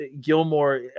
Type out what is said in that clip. Gilmore